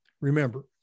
Remember